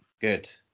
Good